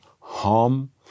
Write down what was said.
harm